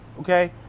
Okay